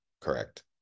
Correct